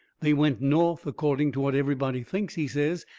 they went north, according to what everybody thinks, he says.